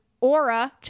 Aura